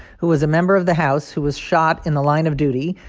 who was a member of the house who was shot in the line of duty,